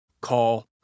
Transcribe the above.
call